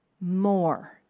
more